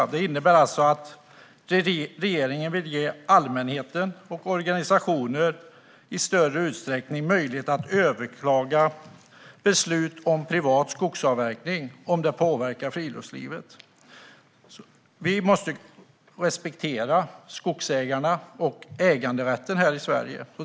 Innebörden är alltså att regeringen vill ge allmänheten och organisationer möjlighet att i större utsträckning överklaga beslut om privat skogsavverkning om friluftslivet påverkas. Vi måste respektera skogsägarna och äganderätten här i Sverige.